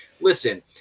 Listen